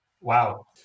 Wow